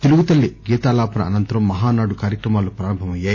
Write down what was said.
తెలుగుతల్లి గీతాలాపన అనంతరం మహానాడు కార్యక్రమాలు ప్రారంభ అయ్యాయి